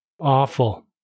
Awful